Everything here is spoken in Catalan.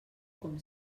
com